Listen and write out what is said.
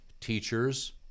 teachers